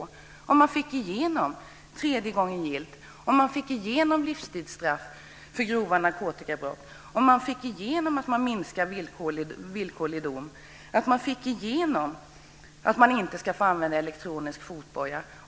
Anta att man får igenom idéerna om påföljd vid tredje brottet, livstidsstraff för grova narkotikabrott, villkorliga domar och elektronisk fotboja.